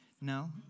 No